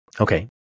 Okay